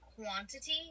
quantity